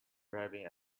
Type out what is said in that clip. driving